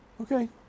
Okay